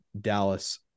Dallas